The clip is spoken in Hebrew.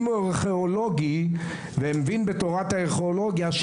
אם הוא ארכיאולוגי ומבין בתורת הארכיאולוגיה,